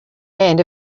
and